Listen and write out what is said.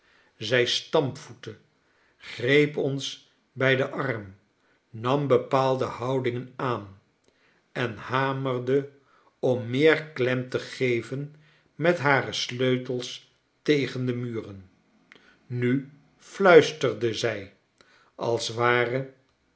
zij stampvoette greep ons bij den arm nam bepaalde houdingen aan en hamerde om meer klem te geven met hare sleutels tegen de muren nu fluisterde zij als ware